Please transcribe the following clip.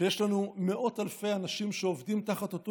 כשיש לנו מאות אלפי אנשים שעובדים תחת אותו